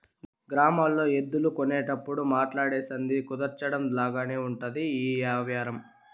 గ్రామాల్లో ఎద్దులు కొనేటప్పుడు మాట్లాడి సంధి కుదర్చడం లాగానే ఉంటది ఈ యవ్వారం